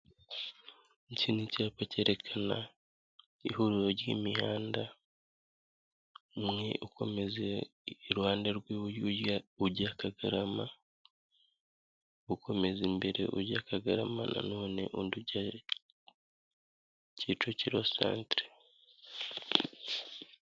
Iki ni icyapa cyerekana ihuriro ry'imihanda, umwe ukomeze iruhande rw'iburyo ujya kagarama ukomeza imbere ujye kagarama na none undi ujya kicukiro santere.